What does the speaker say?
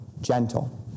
gentle